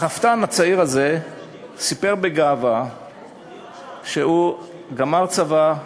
רפתן צעיר סיפר בגאווה שהוא גמר צבא,